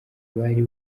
bari